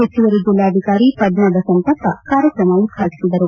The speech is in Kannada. ಹೆಚ್ಚುವರಿ ಜಿಲ್ಲಾಧಿಕಾರಿ ಪದ್ನಾ ಬಸವಂತಪ್ಪ ಕಾರ್ಯಕ್ರಮವನ್ನು ಉದ್ವಾಟಿಸಿದರು